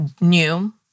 new